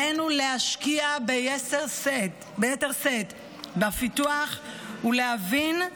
עלינו להשקיע ביתר שאת בפיתוח, ולהבין,